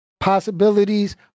possibilities